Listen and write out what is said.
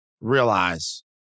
realize